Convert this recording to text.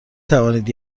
توانید